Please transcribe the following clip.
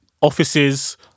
offices